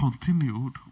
continued